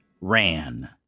ran